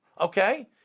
Okay